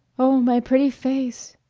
oh, my pretty face,